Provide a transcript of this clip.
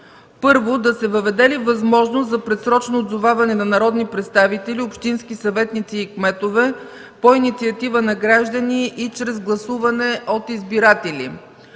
първо, да се въведе ли възможност за предсрочно отзоваване на народни представители, общински съветници и кметове по инициатива на граждани и чрез гласуване от избиратели?